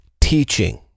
teaching